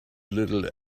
little